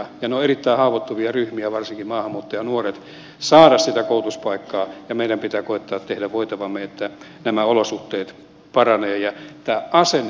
ne ovat erittäin haavoittuvia ryhmiä varsinkin maahanmuuttajanuoret saamaan sitä koulutuspaikkaa ja meidän pitää koettaa tehdä voitavamme että nämä olosuhteet paranevat